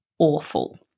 awful